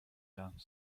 done